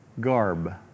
garb